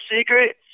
secret